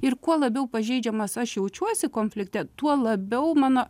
ir kuo labiau pažeidžiamas aš jaučiuosi konflikte tuo labiau mano